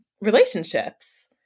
relationships